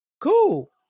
Cool